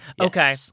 okay